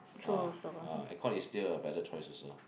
ah ah aircon is still a better choice also